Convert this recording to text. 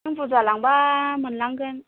नों बुरजा लांबा मोनलांगोन